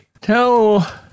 tell